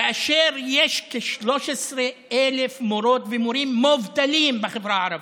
כאשר יש כ-13,000 מורות ומורים מובטלים בחברה הערבית,